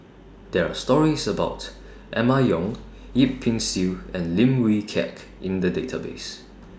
There Are stories about Emma Yong Yip Pin Xiu and Lim Wee Kiak in The Database